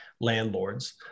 landlords